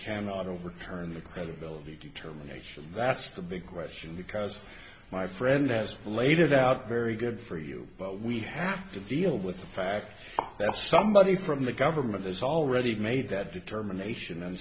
cannot overturn the credibility determination that's the big question because my friend has laid it out very good for you but we have to deal with the fact that somebody from the government has already made that determination